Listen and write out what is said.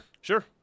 Sure